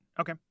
Okay